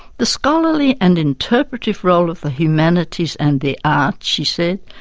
the scholarly and interpretive role of the humanities and the arts she said,